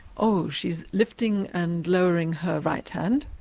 oh, she's lifting and lowering her right hand